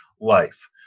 life